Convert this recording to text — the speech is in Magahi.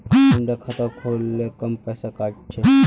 कुंडा खाता खोल ले कम पैसा काट छे?